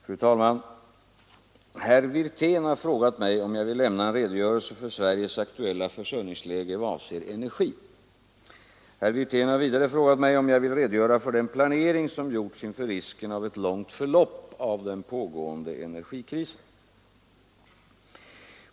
Fru talman! Herr Wirtén har frågat mig om jag vill lämna en redogörelse för Sveriges aktuella försörjningsläge i vad avser energi. Herr Wirtén har vidare frågat mig om jag vill redogöra för den planering som gjorts inför risken av ett långt förlopp av den pågående energikrisen.